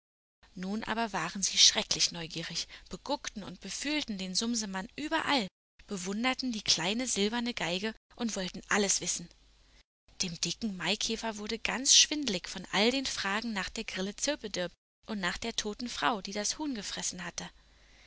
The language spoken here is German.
nun aber waren sie schrecklich neugierig beguckten und befühlten den sumsemann überall bewunderten die kleine silberne geige und wollten alles wissen dem dicken maikäfer wurde ganz schwindlig von all den fragen nach der grille zirpedirp und nach der toten frau die das huhn gefressen hatte